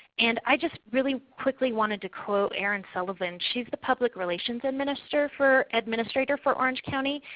and i just really quickly wanted to quote erin sullivan. she is the public relations administrator for administrator for orange county,